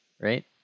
right